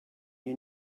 you